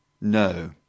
No